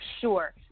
Sure